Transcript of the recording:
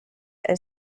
and